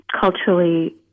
culturally